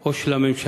או של הממשלה